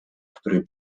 który